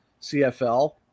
cfl